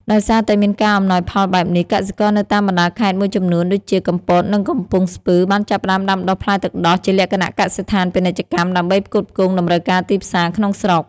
ដោយសារតែមានការអំណោយផលបែបនេះ កសិករនៅតាមបណ្តាខេត្តមួយចំនួនដូចជា កំពត និងកំពង់ស្ពឺ បានចាប់ផ្តើមដាំដុះផ្លែទឹកដោះជាលក្ខណៈកសិដ្ឋានពាណិជ្ជកម្ម ដើម្បីផ្គត់ផ្គង់តម្រូវការទីផ្សារក្នុងស្រុក។